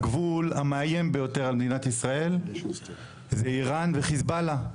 הגבול המאיים ביותר על מדינת ישאל זה איראן וחיזבאללה.